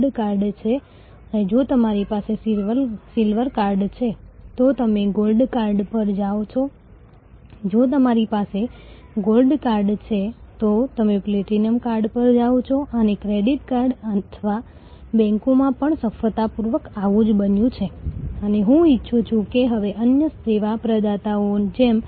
ઘણી credit card કંપનીઓ એવું કરે છે કે જો તમારો સંદર્ભ અંતે ક્રેડિટ કાર્ડ જારી કરવામાં આવે છે તો તમને કેટલાક પોઈન્ટ્સ રિવોર્ડ પોઈન્ટ્સ વગેરે આપવામાં આવે છે